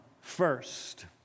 first